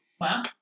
Wow